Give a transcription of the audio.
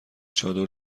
چادر